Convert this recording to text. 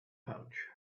pouch